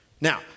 Now